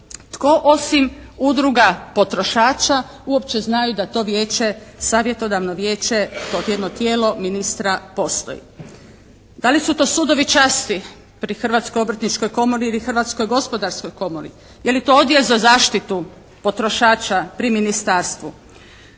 Tko osim udruga potrošača uopće znaju da to savjetodavno vijeće kao jedno tijelo ministra postoji? Da li su to sudovi časti pri Hrvatskoj obrtničkoj komori ili Hrvatskoj gospodarskoj komori? Je li to Odjel za zaštitu potrošača pri ministarstvu?